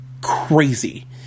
crazy